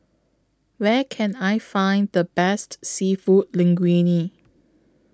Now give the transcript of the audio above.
Where Can I Find The Best Seafood Linguine